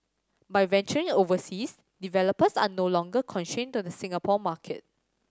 by venturing overseas developers are no longer constrained to the Singapore market